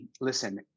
Listen